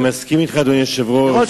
אני מסכים אתך, אדוני היושב-ראש,